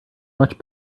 much